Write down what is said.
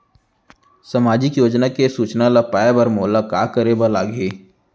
सामाजिक योजना के सूचना ल पाए बर मोला का करे बर लागही?